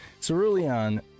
Cerulean